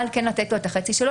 אבל כן לתת לו את החצי שלו,